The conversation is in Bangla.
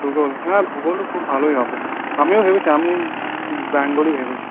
ভূগোল হ্যাঁ ভূগোলও খুব ভালোই হবে আমিও ভেবেছি আমি বেঙ্গলি ভেবেছি